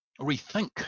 rethink